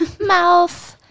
mouth